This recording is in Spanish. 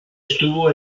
estuvo